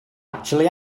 actually